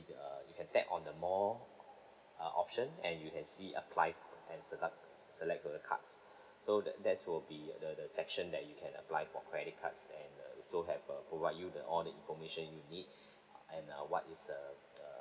uh you can tap on the more uh option and you can see apply and select select the cards so that that's will be the the section that you can apply for credit cards and also have uh provide you the all the information you need and uh what is the uh